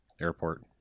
airport